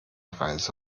reise